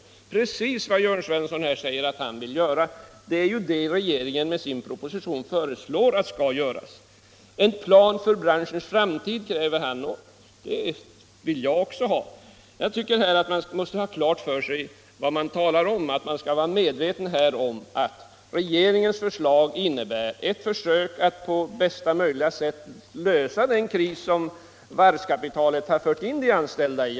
Det är precis vad herr Svensson här säger att han vill göra. Det är det regeringen med sin proposition föreslår skall göras. En plan för branschens framtid, kräver herr Svensson, och det vill jag också ha. Här måste man ha klart för sig vad man talar om. Man skall vara medveten om att regeringens förslag innebär ett försök att på bästa möjliga sätt lösa den kris som varvskapitalet har fört in de anställda i.